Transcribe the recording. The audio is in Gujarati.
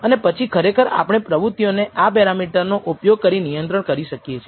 અને પછી ખરેખર આપણે પ્રવૃત્તિને આ પેરામીટર નો ઉપયોગ કરી નિયંત્રણ કરી શકીએ છીએ